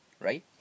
right